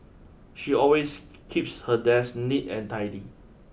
she always keeps her desk neat and tidy